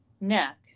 neck